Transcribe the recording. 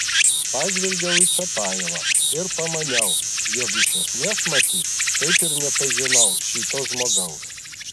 pažvelgiau į čiapajevą ir pamaniau jog iš esmės matyt taip ir nepažinau šito žmogaus